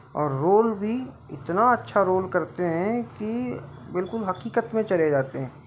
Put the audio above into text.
और रोल भी इतना अच्छा रोल करते हैं कि बिल्कुल हकीकत में चले जाते हैं